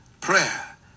prayer